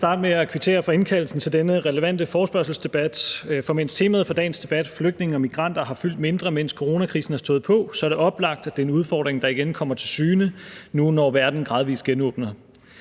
Jeg vil starte med at kvittere for indkaldelsen til denne relevante forespørgselsdebat. For mens temaet for dagens debat, flygtninge og migranter, har fyldt mindre, mens coronakrisen har stået på, er det oplagt, at det er en udfordring, der igen kommer til syne nu, når verden gradvis genåbner.